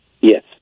Yes